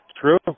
True